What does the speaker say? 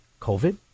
COVID